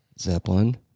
Zeppelin